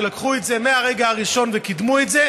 שלקחו את זה מהרגע הראשון וקידמו את זה